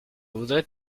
voudrais